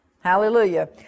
Hallelujah